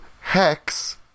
hex